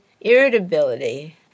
irritability